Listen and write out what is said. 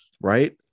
Right